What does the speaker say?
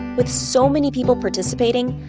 with so many people participating,